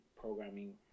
programming